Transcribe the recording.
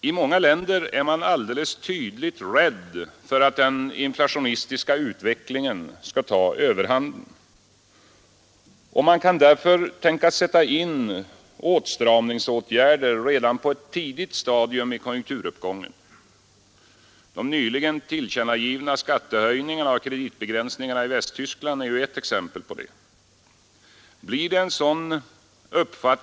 I många länder är man alldeles tydligt rädd för att den inflationistiska utvecklingen skall ta överhanden. Man kan därför tänkas sätta in åtstramningsåtgärder redan på ett tidigt stadium i konjunkturuppgången. De nyligen tillkännagivna skattehöjningarna och kreditbegränsningarna i Västtyskland är ett exempel på detta.